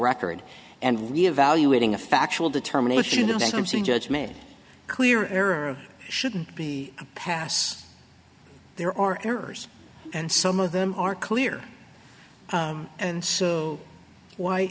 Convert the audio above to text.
record and reevaluating a factual determination of the bankruptcy judge made clear error shouldn't be passed there are errors and some of them are clear and so why